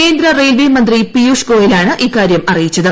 കേന്ദ്ര റെയിൽവേ മന്ത്രി പിയുഷ് ഗോയലാണ് ഇക്കാര്യം അറിയിച്ചത്